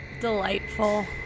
Delightful